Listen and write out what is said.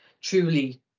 truly